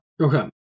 Okay